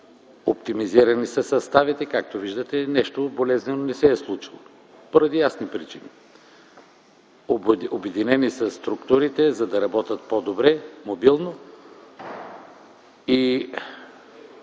Оптимизирани са съставите. Както виждате, нищо болезнено не се е случило поради ясни причини. Обединени са структурите, за да работят по-добре, мобилно.